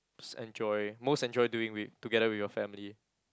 enjoy most enjoy doing with together with your family